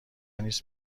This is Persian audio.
نیست